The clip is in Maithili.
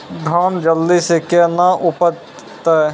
धान जल्दी से के ना उपज तो?